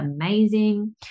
amazing